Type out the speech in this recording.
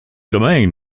domain